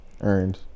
earned